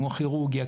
כמו כירורגיה,